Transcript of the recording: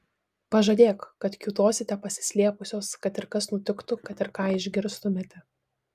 pažadėk kad kiūtosite pasislėpusios kad ir kas nutiktų kad ir ką išgirstumėte